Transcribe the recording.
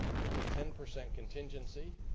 there's a ten percent contingency,